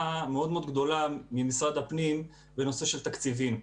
מאוד מאוד גדולה ממשרד הפנים בנושא של תקציבים.